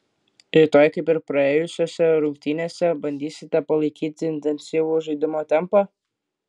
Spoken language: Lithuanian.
rytoj kaip ir praėjusiose rungtynėse bandysite palaikyti intensyvų žaidimo tempą